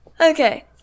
Okay